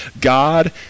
God